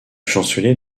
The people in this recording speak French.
chancelier